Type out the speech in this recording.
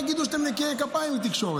אבל אני אומר, אל תגידו שאתם נקיי כפיים בתקשורת.